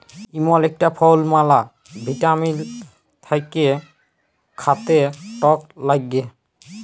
ইমল ইকটা ফল ম্যালা ভিটামিল থাক্যে খাতে টক লাগ্যে